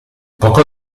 poco